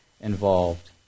involved